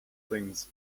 things